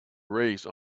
race